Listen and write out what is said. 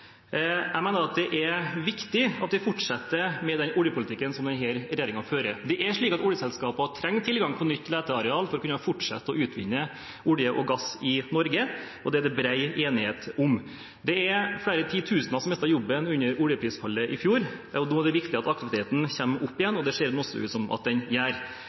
Jeg mener det er viktig at vi fortsetter med den oljepolitikken som denne regjeringen fører. Oljeselskaper trenger tilgang på nytt leteareal for å kunne fortsette å utvinne olje og gass i Norge, og det er det bred enighet om. Det var flere titusener som mistet jobben under oljeprisfallet i fjor. Da er det viktig at aktiviteten kommer opp igjen, og det ser det nå også ut som om den gjør.